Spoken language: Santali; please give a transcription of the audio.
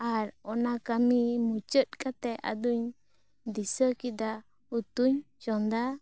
ᱟᱨ ᱚᱱᱟ ᱠᱟᱹᱢᱤ ᱢᱩᱪᱟ ᱫ ᱠᱟᱛᱮ ᱟᱫᱚᱧ ᱫᱤᱥᱟ ᱠᱮᱫᱟ ᱩᱛᱩᱧ ᱪᱚᱸᱫᱟ ᱟᱠᱟᱫᱟ